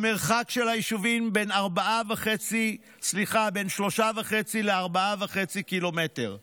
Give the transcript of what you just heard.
המרחק של היישובים, בין 3.5 ל-4.5 קילומטר.